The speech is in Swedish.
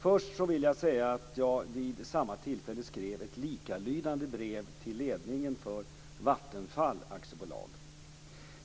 Först vill jag säga att jag vid samma tillfälle skrev ett likalydande brev till ledningen för Vattenfall AB.